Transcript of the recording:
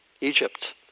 Egypt